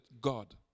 God